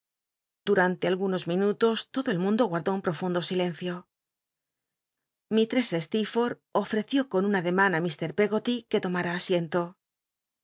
duante algunos minutos todo el mundo guardó un profundo silencio stccrforth ofreció con un ademan á mr peggoty que tomara asien